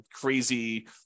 crazy